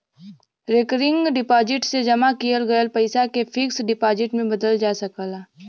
recurring deposit से जमा किहल गयल पइसा के फिक्स डिपाजिट में बदलल जा सकला